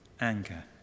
anger